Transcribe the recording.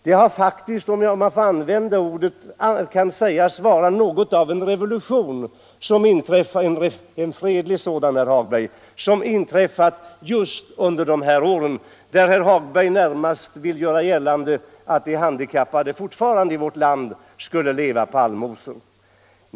Det har faktiskt varit något av en revolution — om jag får använda det ordet, en fredlig revolution, herr Hagberg - som skett under de åren. Men herr Hagberg vill närmast göra gällande att de handikappade fortfarande får leva på allmosor i vårt land.